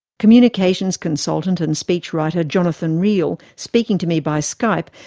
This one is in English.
communications consultant and speechwriter, jonathan riehl, speaking to me by skype,